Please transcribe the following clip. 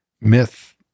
myth